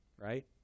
right